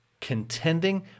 Contending